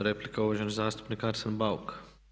Replika uvaženi zastupnik Arsen Bauk.